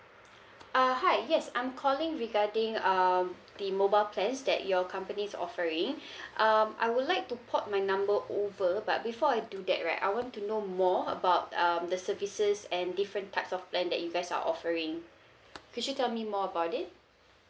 uh hi yes I'm calling regarding uh the mobile plans that your companies offering um I would like to port my number over but before I do that right I want to know more about um the services and different types of plan that you guys are offering could you tell me more about it